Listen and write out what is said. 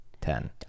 ten